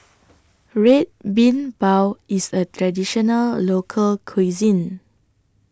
Red Bean Bao IS A Traditional Local Cuisine